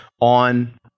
on